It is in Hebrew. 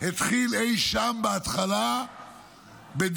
התחיל אי שם בהתחלה בדיון